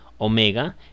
omega